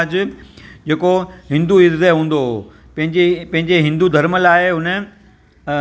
charging ते use थी सघे त मोबाइल न यूज़ कयो छाकणि त चार्जिंग ते हलाइण सां माण्हू